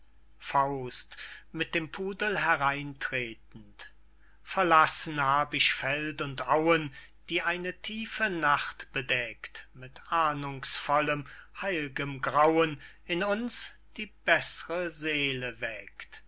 faust mit dem pudel hereintretend verlassen hab ich feld und auen die eine tiefe nacht bedeckt mit ahndungsvollem heil'gem grauen in uns die bessre seele weckt